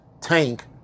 tank